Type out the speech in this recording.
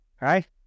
right